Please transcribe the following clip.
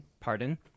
pardon